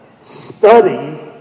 study